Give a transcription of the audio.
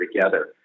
together